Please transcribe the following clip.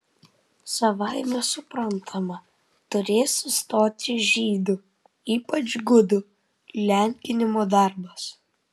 savaime suprantama turės sustoti žydų ypač gudų lenkinimo darbas